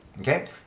okay